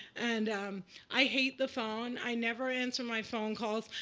and um i hate the phone. i never answer my phone calls.